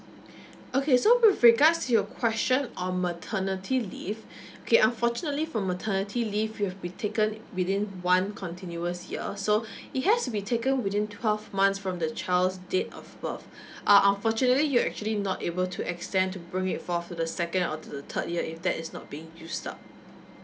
okay so with regards to your question on maternity leave okay unfortunately for maternity leave you have been taken within one continuous year so it has to be taken within twelve months from the child's date of birth uh unfortunately you're actually not able to extend to bring it forward to the second or the third year if that is not being used up